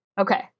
Okay